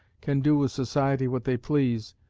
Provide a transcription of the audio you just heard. can do with society what they please,